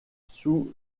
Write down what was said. sous